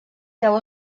féu